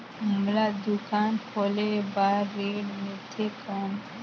मोला दुकान खोले बार ऋण मिलथे कौन?